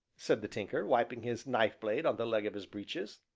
said the tinker, wiping his knife-blade on the leg of his breeches.